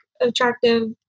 attractive